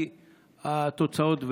כי התוצאות,